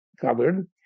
covered